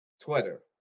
Twitter